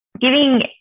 giving